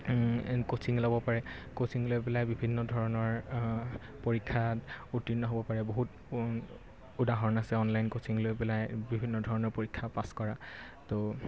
coaching ল'ব পাৰে coaching লৈ পেলাই বিভিন্ন ধৰণৰ পৰীক্ষাত উত্তীৰ্ণ হ'ব পাৰে বহুত উদাহৰণ আছে অনলাইন ক'চিং লৈ পেলাই বিভিন্ন ধৰণৰ পৰীক্ষা পাছ কৰা ত'